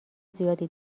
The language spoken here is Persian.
زیادی